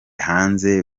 hanze